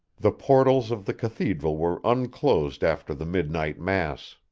the portals of the cathedral were unclosed after the midnight mass.